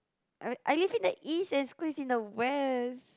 I I live in the East and school is in the West